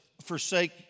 forsake